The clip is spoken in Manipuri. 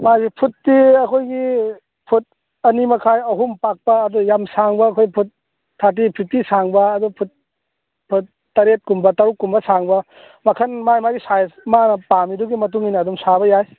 ꯃꯥꯒꯤ ꯐꯨꯠꯇꯤ ꯑꯩꯈꯣꯏꯒꯤ ꯐꯨꯠ ꯑꯅꯤ ꯃꯈꯥꯏ ꯑꯍꯨꯝ ꯄꯥꯛꯄ ꯑꯗꯣ ꯌꯥꯝ ꯁꯥꯡꯕ ꯑꯩꯈꯣꯏ ꯐꯨꯠ ꯊꯥꯔꯇꯤ ꯐꯤꯐꯇꯤ ꯁꯥꯡꯕ ꯑꯗꯣ ꯐꯨꯠ ꯇꯔꯦꯠ ꯀꯨꯝꯕ ꯇꯔꯨꯛ ꯀꯨꯝꯕ ꯁꯥꯡꯕ ꯃꯈꯜ ꯃꯥꯒꯤ ꯃꯥꯒꯤ ꯁꯥꯏꯖ ꯃꯥꯅ ꯄꯥꯝꯂꯤꯗꯨꯒꯤ ꯃꯇꯨꯡ ꯏꯟꯅ ꯑꯗꯨꯝ ꯁꯥꯕ ꯌꯥꯏ